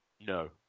No